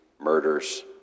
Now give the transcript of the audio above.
murders